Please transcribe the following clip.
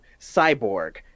Cyborg